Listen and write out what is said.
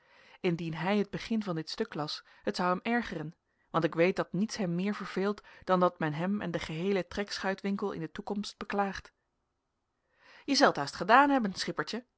indien hij het begin van dit stuk las het zou hem ergeren want ik weet dat niets hem meer verveelt dan dat men hem en den geheelen trekschuitwinkel in de toekomst beklaagt je zelt haast gedaan hebben schippertje